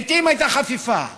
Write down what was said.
לעיתים הייתה חפיפה,